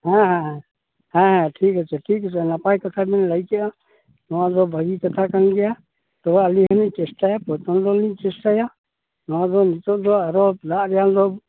ᱦᱮᱸ ᱦᱮᱸ ᱦᱮᱸ ᱴᱷᱤᱠ ᱟᱪᱷᱮ ᱴᱷᱤᱠ ᱟᱪᱷᱮ ᱱᱟᱯᱟᱭ ᱠᱟᱛᱷᱟ ᱵᱮᱱ ᱞᱟᱹᱭ ᱠᱮᱜᱼᱟ ᱱᱚᱣᱟ ᱫᱚ ᱵᱷᱟᱹᱜᱤ ᱠᱟᱛᱷᱟ ᱠᱟᱱ ᱜᱮᱭᱟ ᱛᱚᱵᱮ ᱟᱹᱞᱤᱧ ᱦᱚᱞᱤᱧ ᱪᱮᱥᱴᱟᱭᱟ ᱯᱨᱚᱪᱚᱱᱰᱚᱞᱤᱧ ᱪᱮᱥᱴᱟᱭᱟ ᱱᱚᱣᱟ ᱫᱚ ᱱᱤᱛᱚᱜ ᱫᱚ ᱟᱨᱚ ᱫᱟᱜ ᱨᱮᱭᱟᱜ ᱫᱚ